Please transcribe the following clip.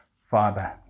Father